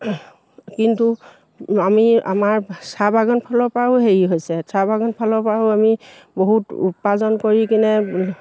কিন্তু আমি আমাৰ চাহ বাগান ফালৰ পৰাও হেৰি হৈছে চাহ বাগান ফালৰ পৰাও আমি বহুত উপাৰ্জন কৰি কিনে